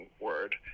word